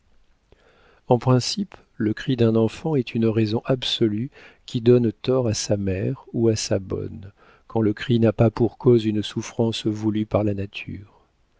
en principe le cri d'un enfant est une raison absolue qui donne tort à sa mère ou à sa bonne quand le cri n'a pas pour cause une souffrance voulue par la nature